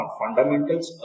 fundamentals